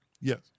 Yes